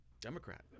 Democrat